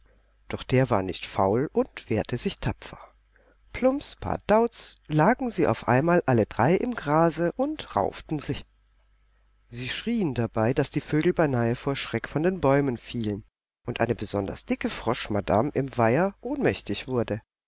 doch der war nicht faul und wehrte sich tapfer plumps pardauz lagen sie auf einmal alle drei im grase und rauften sich sie schrien dabei daß die vögel beinahe vor schreck von den bäumen fielen und eine besonders dicke froschmadame im weiher ohnmächtig wurde